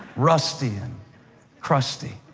rusty and crusty,